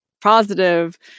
positive